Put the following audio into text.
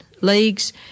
leagues